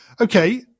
Okay